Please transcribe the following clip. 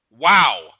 Wow